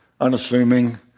unassuming